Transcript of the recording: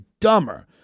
dumber